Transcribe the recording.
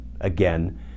again